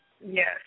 Yes